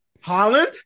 Holland